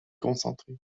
concentrer